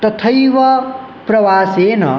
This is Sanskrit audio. तथैव प्रवासेन